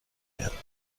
werden